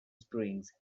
springs